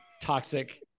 toxic